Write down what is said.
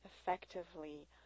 effectively